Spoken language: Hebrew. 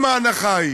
ההנחה היא,